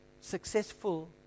successful